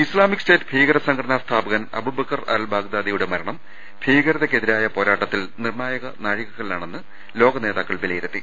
Islamic State ഭീകര സംഘടനാ സ്ഥാപകൻ അബൂബക്കർ അൽ ബാഗ്ദാദിയുടെ മരണം ഭീകരതക്കെതിരായ പോരാട്ടത്തിൽ നിർണായക നാഴികകല്ലാണെന്ന് ലോക നേതാക്കൾ വിലയിരു ത്തി